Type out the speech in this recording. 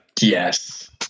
Yes